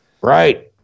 Right